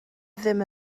ddim